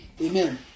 amen